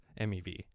MeV